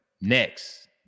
next